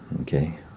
Okay